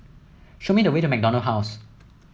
show me the way to MacDonald House